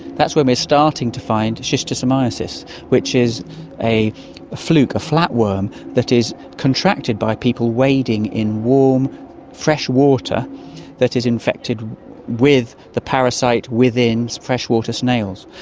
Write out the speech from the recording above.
that's when we are starting to find schistosomiasis which is a fluke, a flatworm that is contracted by people wading in warm freshwater that is infected with the parasite within freshwater snails.